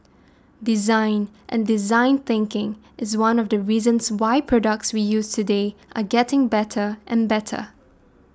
design and design thinking is one of the reasons why products we use today are getting better and better